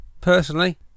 personally